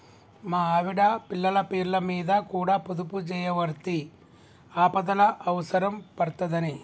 మా ఆవిడ, పిల్లల పేర్లమీద కూడ పొదుపుజేయవడ్తి, ఆపదల అవుసరం పడ్తదని